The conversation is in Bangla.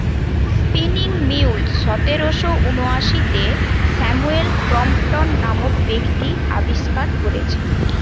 স্পিনিং মিউল সতেরশ ঊনআশিতে স্যামুয়েল ক্রম্পটন নামক ব্যক্তি আবিষ্কার কোরেছে